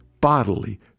bodily